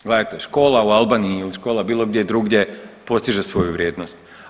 Gledajte škola u Albaniji ili škola bilo gdje drugdje postiže svoju vrijednost.